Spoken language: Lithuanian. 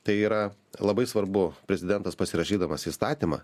tai yra labai svarbu prezidentas pasirašydamas įstatymą